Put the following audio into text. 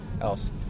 else